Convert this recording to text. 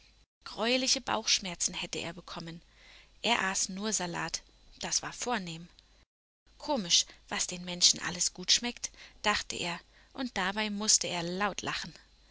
greuliche bauchschmerzen hätte er bekommen er aß nur salat das war vornehm komisch was den menschen alles gut schmeckt dachte er und dabei mußte er laut lachen